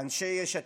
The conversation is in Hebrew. אנשי יש עתיד,